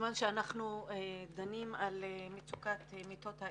בזמן שאנחנו דנים על מצוקת מיטות האשפוז,